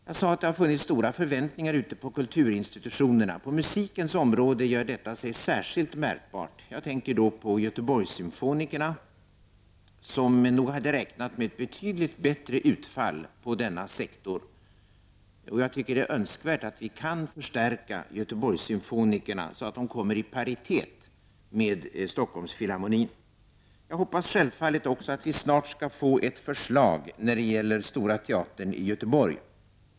Jag sade att det har funnits stora förväntningar ute på kulturinstitutio nerna. På musikens område gör detta sig särskilt märkbart. Jag tänker då på Göteborgssymfonikerna, som nog hade räknat med ett betydligt bättre utfall på denna sektor. Jag tycker att det är önskvärt att vi kan förstärka Göteborgssymfonikerna, så att de kommer i paritet med Stockholmsfilharmonin. Jag hoppas självfallet också att vi snart skall få ett förslag när det gäller Stora teatern i Göteborg.